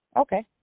Okay